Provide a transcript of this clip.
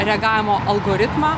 reagavimo algoritmą